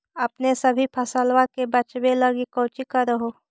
अपने सभी फसलबा के बच्बे लगी कौची कर हो?